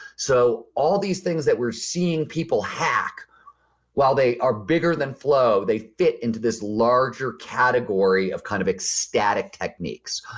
so all these things that we're seeing people hack while they are bigger than flow, they fit into this larger category of kind of ecstatic techniques,